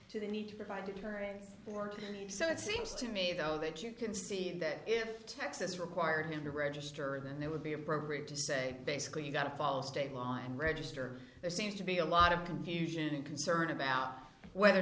to the need to provide deterrence for said it seems to me though that you can see that if texas required him to register then there would be appropriate to say basically you got to follow state law and register there seems to be a lot of confusion and concern about whether